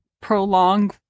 prolong